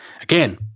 Again